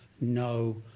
no